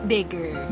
Bigger